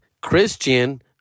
Christian